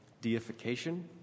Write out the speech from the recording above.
deification